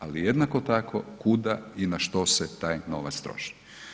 Ali jednako tako kuda i na što se taj novac troši.